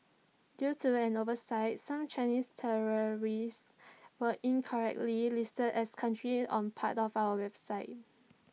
due to an oversight some Chinese territories were incorrectly listed as countries on parts of our website